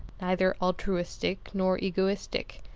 neither altruistic nor egoistic,